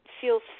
feels